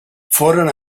foren